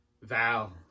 Val